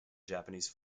japanese